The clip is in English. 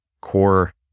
core